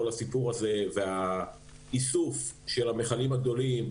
הסיפור הזה והאיסוף של המיכלים הגדולים,